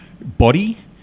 body